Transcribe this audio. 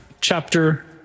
chapter